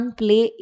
play